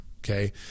Okay